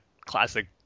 classic